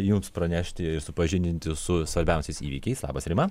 jums pranešti supažindinti su svarbiausiais įvykiais labas rima